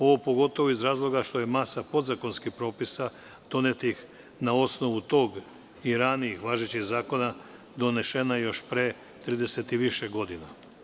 Ovo pogotovo iz razloga što je masa podzakonskih propisa donetih na osnovu tog i ranijih važećih zakona, donešena još pre 30 i više godina.